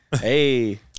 Hey